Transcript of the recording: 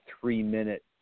three-minute